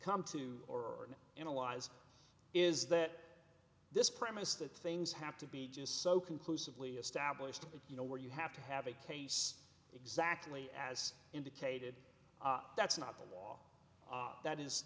come to or analyze is that this premise that things have to be just so conclusively established that you know where you have to have a case exactly as indicated that's not the law that is